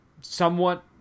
somewhat